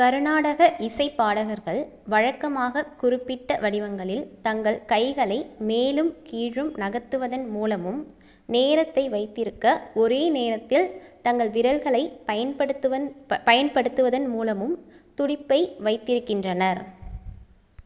கர்நாடக இசைப் பாடகர்கள் வழக்கமாக குறிப்பிட்ட வடிவங்களில் தங்கள் கைகளை மேலும் கீழும் நகர்த்துவதன் மூலமும் நேரத்தை வைத்திருக்க ஒரே நேரத்தில் தங்கள் விரல்களைப் பயன்படுத்துவதன் மூலமும் துடிப்பை வைத்திருக்கின்றனர்